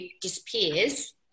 disappears